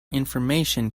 information